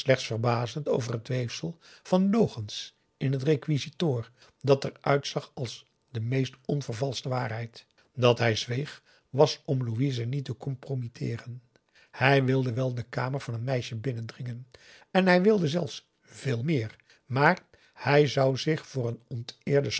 verbazend over het weefsel van logens in het requisitoir dat er uitzag als de meest onvervalschte waarheid dat hij zweeg was om louise niet te compromitteeren hij wilde wel de kamer van een meisje binnendringen en hij wilde zelfs veel meer maar hij zou zich voor een